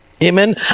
Amen